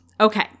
Okay